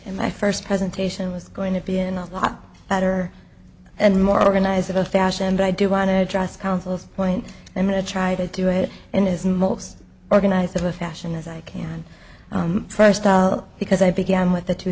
and my first presentation was going to be an a lot better and more organized of a fashion but i do want to address counsel's point i'm going to try to do it in his most organized of a fashion as i can first because i began with the two